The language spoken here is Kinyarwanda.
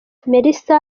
melissa